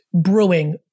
brewing